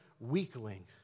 weakling